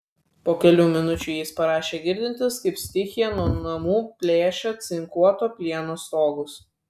po kelių minučių jis parašė girdintis kaip stichija nuo namų plėšia cinkuoto plieno stogus